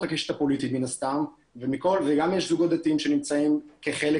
הקשת הפוליטית מן הסתם וגם יש זוגות דתיים שנמצאים כחלק